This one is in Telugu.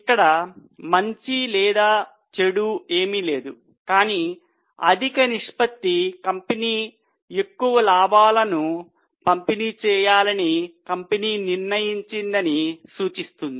ఇక్కడ మంచి లేదా చెడు ఏమీ లేదు కానీ అధిక నిష్పత్తి కంపెనీ ఎక్కువ లాభాలను పంపిణీ చేయాలని కంపెనీ నిర్ణయించిందని సూచిస్తుంది